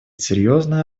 серьезная